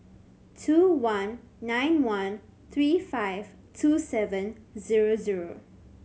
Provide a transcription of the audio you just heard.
two one nine one three five two seven zero zero